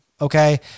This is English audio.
okay